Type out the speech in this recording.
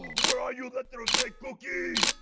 where are you, letter of day cookie?